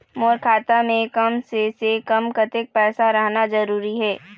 मोर खाता मे कम से से कम कतेक पैसा रहना जरूरी हे?